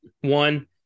one